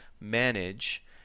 Manage